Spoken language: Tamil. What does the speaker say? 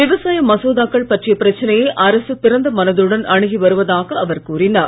விவசாய மசோதாக்கள் பற்றிய பிரச்சனையை அரசு திறந்த மனதுடன் அணுகி வருவதாக அவர் கூறினார்